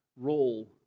role